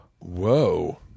Whoa